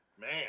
Man